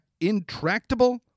intractable